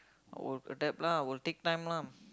will adapt lah will take time lah